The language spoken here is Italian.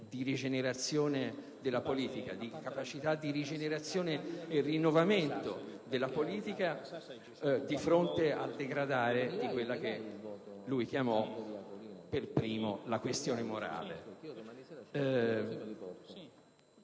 cui cominciò a parlare di capacità di rigenerazione e di rinnovamento della politica di fronte al degradare di quella che lui chiamò per primo questione morale.